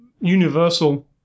universal